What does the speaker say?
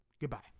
Goodbye